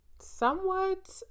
somewhat